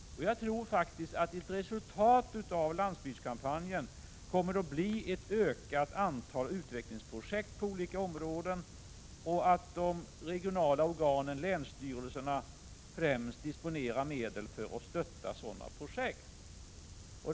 Jag tror faktiskt att ett resultat av landsbygdskampanjen kommer att bli ett ökat antal utvecklingsprojekt på olika områden och att de regionala organen, främst länsstyrelserna, disponerar medel för att stötta sådana projekt.